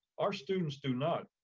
our students do not.